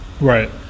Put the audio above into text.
right